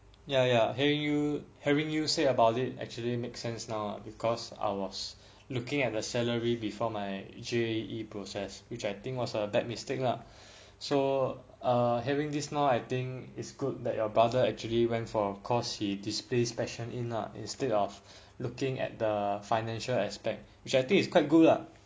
ya ya hearing you hearing you say about it actually makes sense now because I was looking at the salary before my J_A_E process which I think was a bad mistake lah so err having this now I think it's good that your brother actually went for the course he displays passion in lah instead of looking at the financial aspect which I think is quite good lah